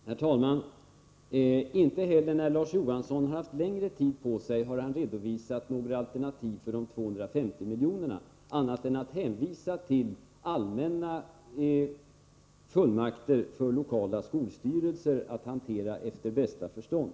Herr talman! Inte heller när Larz Johansson haft längre tid på sig har han redovisat några alternativ för de 250 miljonerna annat än att han hänvisat till allmänna fullmakter för lokala skolstyrelser att hantera resurserna efter bästa förstånd.